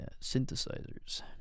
synthesizers